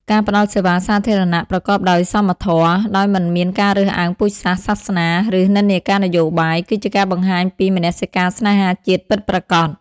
ការផ្តល់សេវាសាធារណៈប្រកបដោយសមធម៌ ដោយមិនមានការរើសអើងពូជសាសន៍ សាសនា ឬនិន្នាការនយោបាយ គឺជាការបង្ហាញពីមនសិការស្នេហាជាតិពិតប្រាកដ។